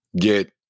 get